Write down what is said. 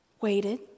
Waited